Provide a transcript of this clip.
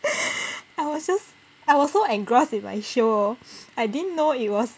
I was just I was so engrossed with my show I didn't know it was